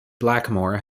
blackmore